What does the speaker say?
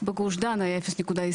בגוש דן זה היה 0.22,